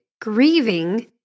grieving